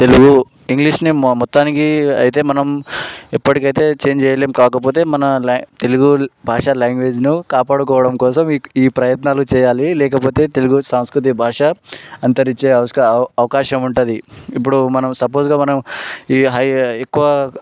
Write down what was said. తెలుగు ఇంగ్లీష్ని మొత్తానికి అయితే మనం ఎప్పటికి అయితే చేంజ్ చేయలేము కాకపోతే మన తెలుగు భాష లాంగ్వేజ్ను కాపాడుకోవడం కోసం ఈ ప్రయత్నాలు చేయాలి లేకపోతే తెలుగు సాంస్కృతిక భాష అంతరించే అవకాశం ఉంటుంది ఇప్పుడు మనం సపోజ్గా మనం ఈ హై ఎక్కువ